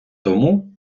тому